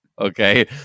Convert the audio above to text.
Okay